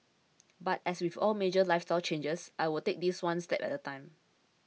but as with all major lifestyle changes I'll take this one step at a time